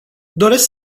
doresc